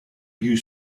you